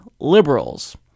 liberals